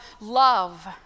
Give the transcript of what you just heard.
love